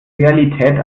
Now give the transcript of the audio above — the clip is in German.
realität